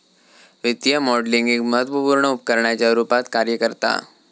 वित्तीय मॉडलिंग एक महत्त्वपुर्ण उपकरणाच्या रुपात कार्य करता